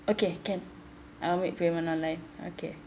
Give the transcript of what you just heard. okay can I'll make payment online okay